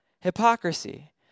Hypocrisy